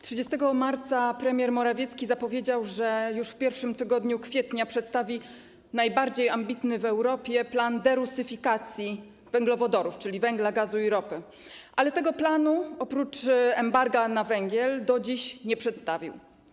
30 marca premier Morawiecki zapowiedział, że już w pierwszym tygodniu kwietnia przedstawi najbardziej ambitny w Europie plan derusyfikacji w zakresie węglowodorów, czyli węgla, gazu i ropy, ale tego planu, oprócz embarga na węgiel, do dziś nie przedstawił.